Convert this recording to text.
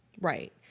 right